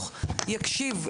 יופי,